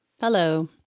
Hello